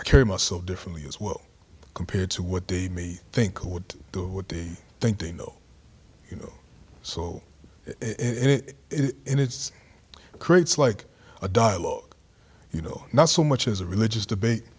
i carry myself differently as well compared to what they think i would do what they think they know you know so and it's creates like a dialogue you know not so much as a religious debate